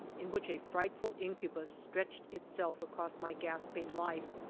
in which a frightful incubus stretched itself across my gasping life,